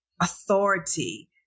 authority